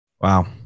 Wow